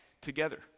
together